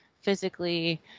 physically